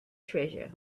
treasure